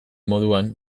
moduan